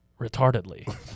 retardedly